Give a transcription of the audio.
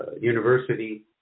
university